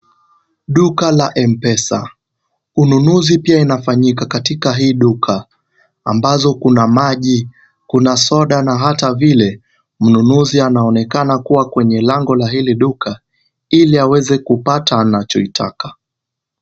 Duka la M Pesa. Ununuzi pia inafanyika katika hii duka ambazo kuna maji, kuna soda na hata vile mnunuzi anaonekana kuwa kwenye lango la hili duka ili aweze kupata anachotaka.